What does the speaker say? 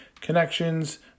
connections